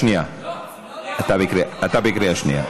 מפריע, אתה בקריאה שנייה.